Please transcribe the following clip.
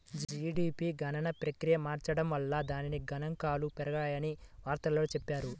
GDP గణన ప్రక్రియను మార్చడం వల్ల దాని గణాంకాలు పెరిగాయని వార్తల్లో చెప్పారు